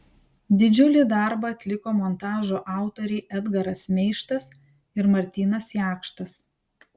didžiulį darbą atliko montažo autoriai edgaras meištas ir martynas jakštas